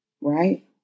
right